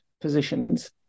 positions